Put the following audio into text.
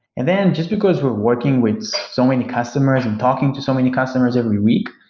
and then just because we're working with so many customers and talking to so many customers every week,